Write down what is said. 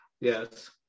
yes